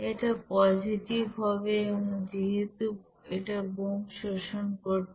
এটা পজিটিভ হবে যেহেতু এটা বোম্ব শোষণ করছে